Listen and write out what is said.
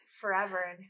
forever